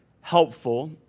helpful